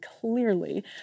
clearly